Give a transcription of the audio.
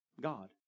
God